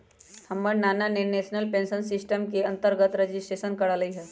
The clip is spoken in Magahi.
हमर नना ने नेशनल पेंशन सिस्टम के अंतर्गत रजिस्ट्रेशन करायल हइ